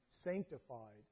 sanctified